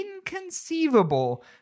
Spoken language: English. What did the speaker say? inconceivable